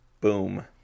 Boom